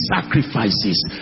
sacrifices